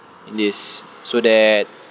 in this so that